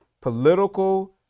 political